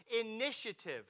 initiative